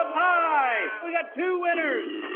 high! we got two winners!